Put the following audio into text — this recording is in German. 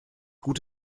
gut